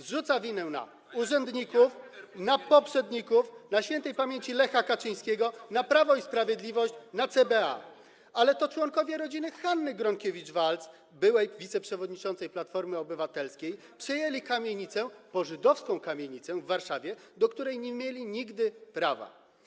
Zrzuca winę na urzędników, na poprzedników, na śp. Lecha Kaczyńskiego, na Prawo i Sprawiedliwość, na CBA, ale to członkowie rodziny Hanny Gronkiewicz-Waltz, byłej wiceprzewodniczącej Platformy Obywatelskiej, przejęli kamienicę, pożydowską kamienicę w Warszawie, do której nie mieli nigdy prawa.